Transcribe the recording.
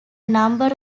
number